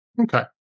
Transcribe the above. Okay